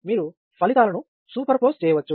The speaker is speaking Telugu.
మీరు ఫలితాలను సూపర్పోజ్ చేయవచ్చు